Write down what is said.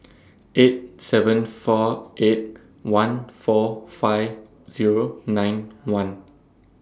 eight seven four eight one four five Zero nine one